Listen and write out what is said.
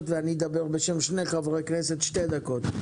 ואני אדבר בשם שני חברי כנסת שתי דקות.